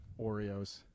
Oreos